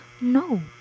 no